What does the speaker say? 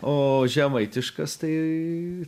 o žemaitiškas tai